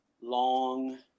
long